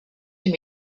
can